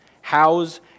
house